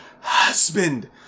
Husband